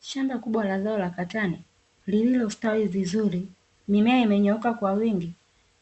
Shamba kubwa la zao la katani lililostawi vizuri mimea imenyooka kwa wingi